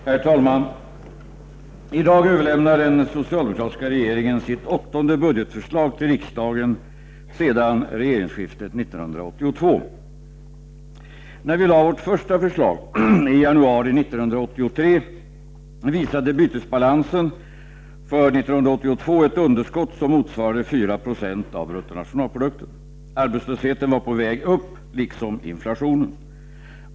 Herr talman! I dag överlämnar den socialdemokratiska regeringen sitt åttonde budgetförslag till riksdagen sedan regeringsskiftet 1982. När vi framlade vårt första förslag, i januari 1983, visade bytesbalansen för 1982 ett underskott som motsvarade 4 96 av bruttonationalprodukten. Arbetslösheten var på väg upp, liksom inflationen.